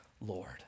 Lord